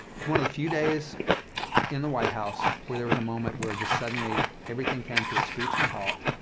it's one of the few days in the white house where there was a moment where just suddenly everything came to a screeching halt.